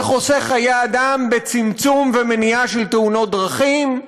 זה חוסך חיי אדם בצמצום ובמניעת תאונות דרכים.